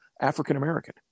African-American